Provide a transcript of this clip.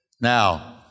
Now